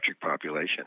population